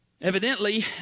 Evidently